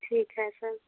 ठीक है सर